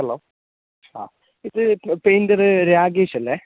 hello ആ ഇത് painter രാഗേഷല്ലേ